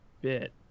bit